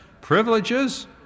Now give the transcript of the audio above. privileges